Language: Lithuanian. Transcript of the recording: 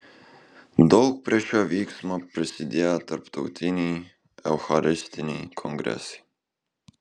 daug prie šio vyksmo prisidėjo tarptautiniai eucharistiniai kongresai